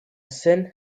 scène